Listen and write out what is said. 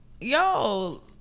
yo